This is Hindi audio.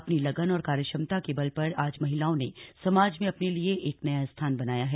अपनी लगन और कार्यक्षमता के बल पर आज महिलाओं ने समाज में अपने लिए एक नया स्थान बनाया है